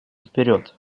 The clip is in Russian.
вперед